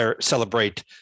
celebrate